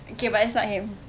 okay but it's not him